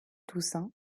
toussaint